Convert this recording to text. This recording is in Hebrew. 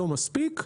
לא מספיק,